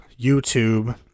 YouTube